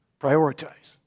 Prioritize